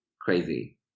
crazy